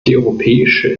europäische